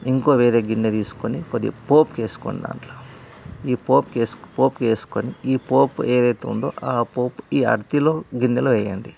ఇంకో వేరే గిన్నె తీసుకొని కొద్దిగా పోప్కి వేసుకోండి దాంట్లో ఈ పోపుకి వేసుకొని ఈ పోపు ఏదయితే ఉందో ఆ పోపు ఈ అర్తిలో గిన్నెలో వేయండి